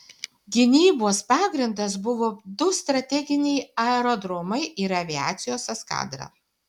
gynybos pagrindas buvo du strateginiai aerodromai ir aviacijos eskadra